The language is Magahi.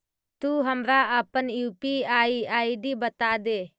तु हमरा अपन यू.पी.आई आई.डी बतादे